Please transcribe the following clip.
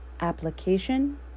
application